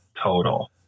total